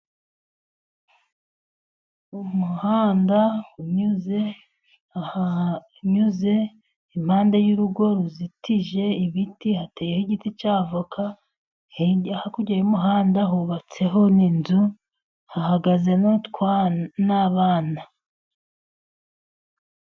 Umuhanda unyuze ahanyuze impande y'urugo ruzitije ibiti, hateyeho igiti cy'avoka, hakurya y'umuhanda hubatseho n'inzu hahagaze n'abana.